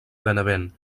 benevent